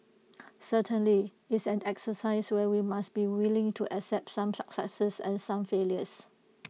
certainly it's an exercise where we must be willing to accept some successes and some failures